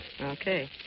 Okay